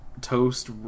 toast